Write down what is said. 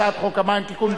הצעת חוק המים (תיקון,